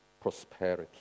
prosperity